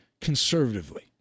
conservatively